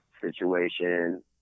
situation